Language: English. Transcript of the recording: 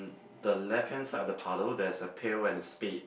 the left hand side of the puddle there's a pail and a spade